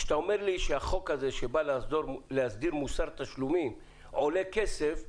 כשאתה אומר שהחוק שבא להסדיר מוסר תשלומים עולה כסף,